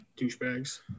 Douchebags